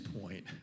point